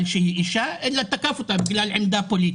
שהיא אישה אלא תקף אותה בגלל עמדה פוליטית.